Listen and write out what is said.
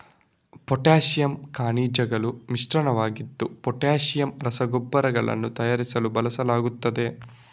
potassium ಖನಿಜಗಳ ಮಿಶ್ರಣವಾಗಿದ್ದು potassium ರಸಗೊಬ್ಬರಗಳನ್ನು ತಯಾರಿಸಲು ಬಳಸಲಾಗುತ್ತದೆ